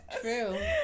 True